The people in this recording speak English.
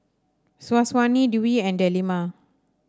Syazwani Dwi and Delima